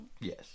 Yes